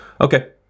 Okay